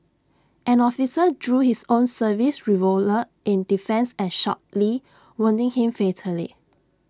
an officer drew his own service revolver in defence and shot lee wounding him fatally